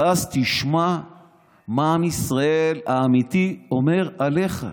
ואז תשמע מה עם ישראל האמיתי אומר עליך.